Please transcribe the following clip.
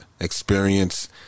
experience